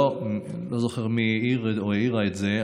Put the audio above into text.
לא זוכר מי העיר או העירה את זה,